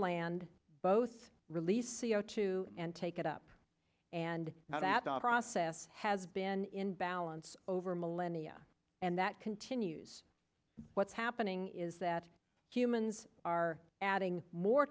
land both release e o two and take it up and now that the process has been in balance over millennia and that continues what's happening is that humans are adding more